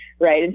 right